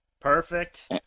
Perfect